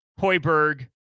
Hoiberg